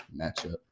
matchup